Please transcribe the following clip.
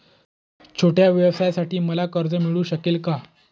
छोट्या व्यवसायासाठी मला कर्ज मिळू शकेल का?